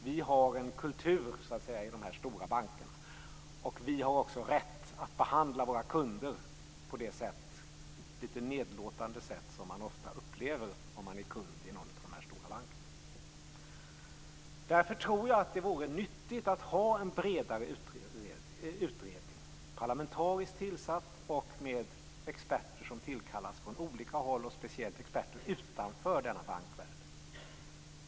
Vi har en kultur, säger man i de stora bankerna, och vi har också rätt att behandla våra kunder på det litet nedlåtande sätt som man ofta upplever om man är kund i någon av de stora bankerna. Därför tror jag att det vore nyttigt att ha en bredare utredning, parlamentariskt tillsatt och med experter som tillkallas från olika håll, speciellt experter utanför denna bankvärld.